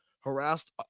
harassed